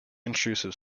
intrusive